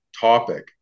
topic